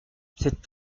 c’est